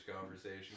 conversation